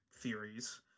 theories